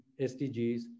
SDGs